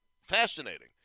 fascinating